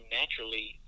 naturally